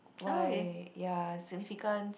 why ya significance